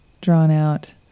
drawn-out